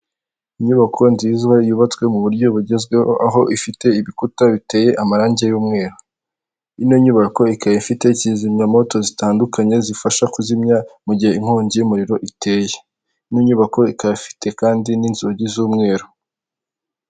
Inyubako nziza yubatswe mu buryo bugezweho, aho ifite ibikuta biteye amarangi y'umweru. Iyo nyubako ikaba ifite kandi kizimyamwoto zitandukanye zifasha kuzimya inkongi y'umuriro mu gihe iteye. Ino nyubako kandi ikaba ifite n'inzugi z'umweru.